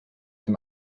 dem